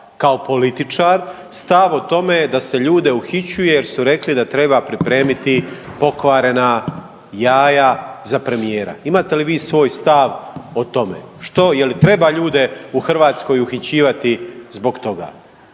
kao političar stav o tome da se ljude uhićuje jer su rekli da treba pripremiti pokvarena jaja za premijera, imate li vi svoj stav o tome, što, je li treba ljude u Hrvatskoj uhićivati zbog toga,